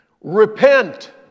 Repent